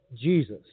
Jesus